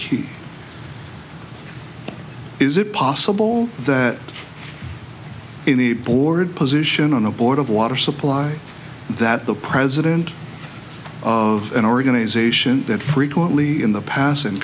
key is it possible that in the board position on the board of water supply that the president of an organization that frequently in the past and